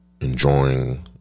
enjoying